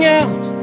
out